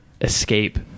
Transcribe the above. escape